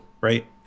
Right